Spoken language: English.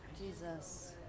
Jesus